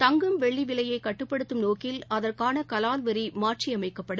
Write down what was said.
தங்கம் வெள்ளி விலையை கட்டுப்படுத்தும் நோக்கில் அதற்கான கலால் வரி மாற்றியமைக்கப்படும்